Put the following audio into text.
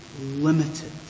limited